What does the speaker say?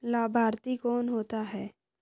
लाभार्थी कौन होता है?